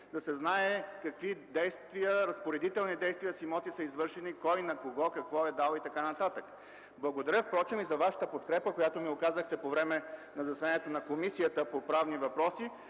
да се знае какви разпоредителни действия с имоти са извършени от предишните кабинети, кой на кого какво е дал и така нататък. Благодаря, впрочем, за Вашата подкрепа, която ми оказахте по време на заседанието на Комисията по правни въпроси,